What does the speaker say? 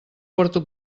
porto